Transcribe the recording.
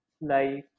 life